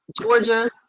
Georgia